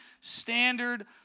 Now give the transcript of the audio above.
standard